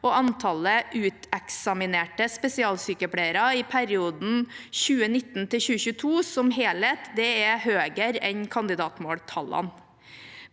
og antallet uteksaminerte spesialsykepleiere i perioden 2019–2022 som helhet er høyere enn kandidatmåltallene.